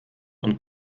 und